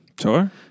Sure